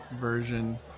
version